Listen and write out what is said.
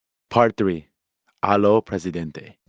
part three alo presidente.